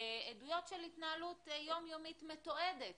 של התנהלות יום-יומית מתועדת